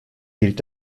gilt